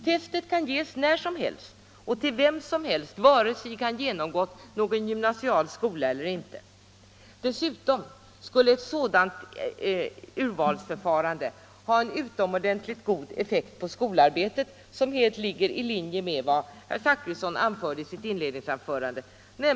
Testet kan ges när som helst och till vem som helst vare sig han genomgått någon gymnasial skola eller inte. Dessutom skulle ett sådant urvalsförfarande ha en utomordentligt god effekt på skolarbetet, något som helt ligger i linje med vad herr Zachrisson sade i sitt inledningsanförande.